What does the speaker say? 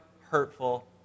hurtful